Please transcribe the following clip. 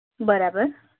બરાબર